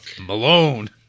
Malone